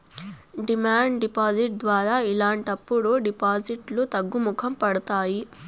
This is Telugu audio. డిమాండ్ డిపాజిట్ ద్వారా ఇలాంటప్పుడు డిపాజిట్లు తగ్గుముఖం పడతాయి